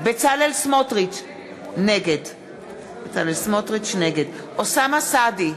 נגד אוסאמה סעדי,